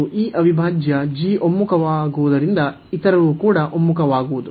ಮತ್ತು ಈ ಅವಿಭಾಜ್ಯ g ಒಮ್ಮುಖವಾಗುವುದರಿಂದ ಇತರವು ಕೂಡ ಒಮ್ಮುಖವಾಗುವುದು